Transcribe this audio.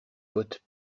bottes